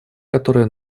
которые